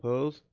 opposed?